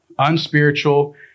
unspiritual